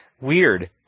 weird